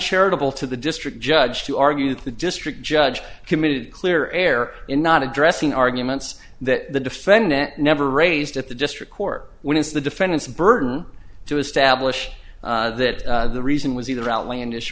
charitable to the district judge to argue that the district judge committed clear air in not addressing arguments that the defendant never raised at the district court when it's the defendant's burden to establish that the reason was either outlandish